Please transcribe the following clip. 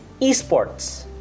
esports